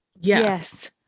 Yes